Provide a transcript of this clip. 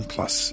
Plus